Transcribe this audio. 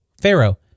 Pharaoh